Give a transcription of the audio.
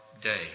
day